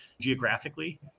geographically